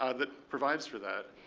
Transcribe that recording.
ah that provides for that.